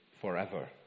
forever